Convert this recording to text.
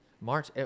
March